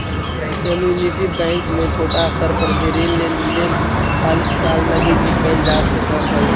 community bank में छोटा स्तर पर भी ऋण लेन देन अल्पकाल लगी भी कैल जा सकऽ हइ